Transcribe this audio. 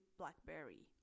blackberry